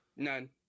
none